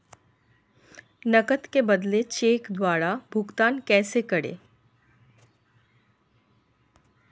नकद के बदले चेक द्वारा भुगतान कैसे करें?